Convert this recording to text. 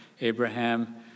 Abraham